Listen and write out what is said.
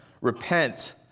repent